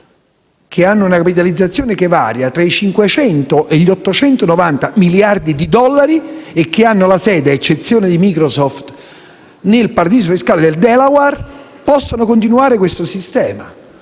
che hanno una capitalizzazione che varia tra i 500 e gli 890 miliardi di dollari e la sede, ad eccezione di Microsoft, nel paradiso fiscale del Delaware, possano continuare questo sistema.